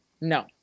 No